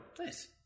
Nice